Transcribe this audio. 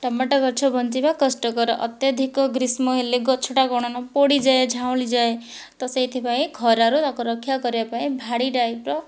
tomato ଗଛ ବଞ୍ଚିବା କଷ୍ଟକର ଅତ୍ୟଧିକ ଗ୍ରୀଷ୍ମ ହେଲେ ଗଛଟା କ'ଣ ନା ପୋଡ଼ିଯାଏ ଝାଉଁଳିଯାଏ ତ ସେଥିପାଇଁ ଖରାରୁ ତାକୁ ରକ୍ଷା କରିବା ପାଇଁ ଭାଡ଼ି ଟାଇପ୍ର